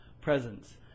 presence